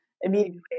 immediately